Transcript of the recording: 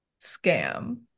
scam